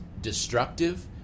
destructive